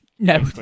No